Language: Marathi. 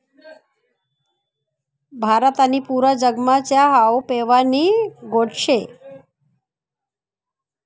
भारत आणि पुरा जगमा च्या हावू पेवानी गोट शे